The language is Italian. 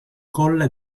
colle